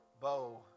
bow